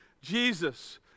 Jesus